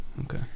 Okay